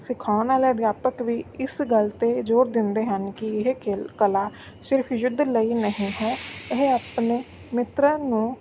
ਸਿਖਾਉਣ ਵਾਲੇ ਅਧਿਆਪਕ ਵੀ ਇਸ ਗੱਲ 'ਤੇ ਜ਼ੋਰ ਦਿੰਦੇ ਹਨ ਕਿ ਇਹ ਕਿਲ ਕਲਾ ਸਿਰਫ ਯੁੱਧ ਲਈ ਨਹੀਂ ਹੈ ਇਹ ਆਪਣੇ ਮਿੱਤਰਾਂ ਨੂੰ